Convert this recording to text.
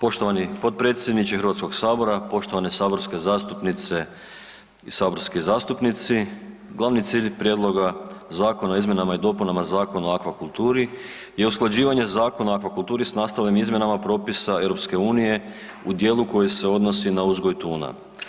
Poštovani potpredsjedniče Hrvatskog sabora, poštovane saborske zastupnice i saborski zastupnici, glavni cilj Prijedloga Zakona o izmjenama i dopunama Zakona o akvakulturi je usklađivanje Zakona o akvakulturi s nastalim izmjenama propisa EU u dijelu koji se odnosi na uzgoj tuna.